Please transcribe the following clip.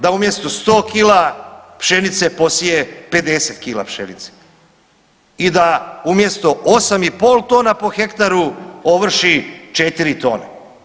Da umjesto 100 kila pšenice posije 50 kila pšenice i da umjesto 8,5 tona po hektaru ovrši 4 tone.